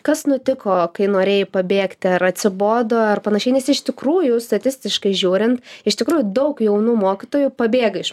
kas nutiko kai norėjai pabėgti ar atsibodo ar panašiai nes iš tikrųjų statistiškai žiūrint iš tikrųjų daug jaunų mokytojų pabėga iš